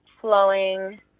flowing